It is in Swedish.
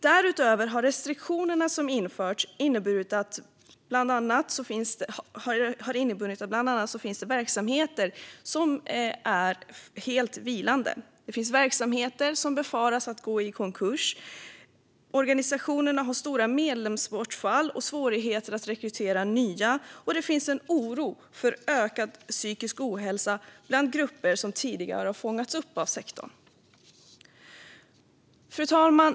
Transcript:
Därutöver har restriktionerna som införts inneburit att det bland annat finns verksamheter som är helt vilande. Det finns verksamheter som nu befaras gå i konkurs. Organisationerna har stora medlemsbortfall och svårigheter att rekrytera nya medlemmar. Det finns en oro för ökad psykisk ohälsa bland grupper som tidigare fångats upp av sektorn. Fru talman!